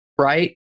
right